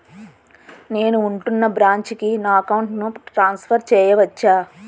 నేను ఉంటున్న బ్రాంచికి నా అకౌంట్ ను ట్రాన్సఫర్ చేయవచ్చా?